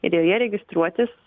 ir joje registruotis